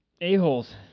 a-holes